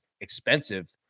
expensive